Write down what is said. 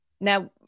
Now